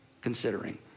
considering